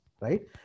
right